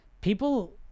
people